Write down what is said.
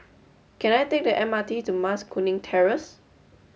can I take the M R T to Mas Kuning Terrace